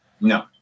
No